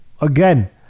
again